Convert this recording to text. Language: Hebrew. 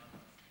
כן.